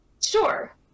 sure